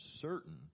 certain